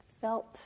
felt